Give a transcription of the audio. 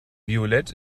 violett